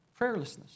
Prayerlessness